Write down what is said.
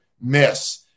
miss